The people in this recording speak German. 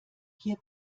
hier